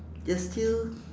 there is still